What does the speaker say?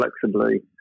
flexibly